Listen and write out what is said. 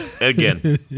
again